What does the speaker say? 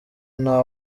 nta